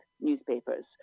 newspapers